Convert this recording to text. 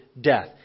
death